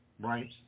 right